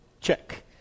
Check